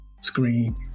screen